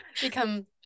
become